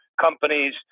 companies